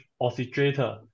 oscillator